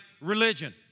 religion